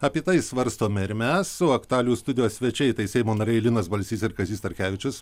apie tai svarstome ir mes su aktualijų studijos svečiai tai seimo nariai linas balsys ir kazys starkevičius